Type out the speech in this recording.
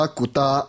Kuta